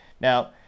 Now